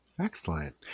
Excellent